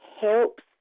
helps